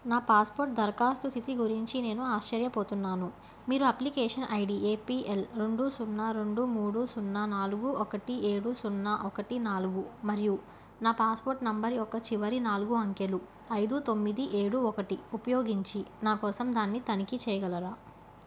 నా పాస్పోర్ట్ దరఖాస్తు స్థితి గురించి నేను ఆశ్చర్యపోతున్నాను మీరు application I D A P L రెండు సున్నా రెండు మూడు సున్నా నాలుగు ఒకటి ఏడు సున్నా ఒకటి నాలుగు మరియు నా పాస్పోర్ట్ నెంబర్ యొక్క చివరి నాలుగు అంకెలు ఐదు తొమ్మిది ఏడు ఒకటి ఉపయోగించి నాకోసం దాన్ని తనిఖీ చేయగలరా